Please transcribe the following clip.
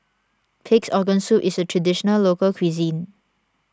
Pig's Organ Soup is a Traditional Local Cuisine